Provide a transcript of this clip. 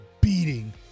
beating